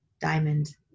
diamond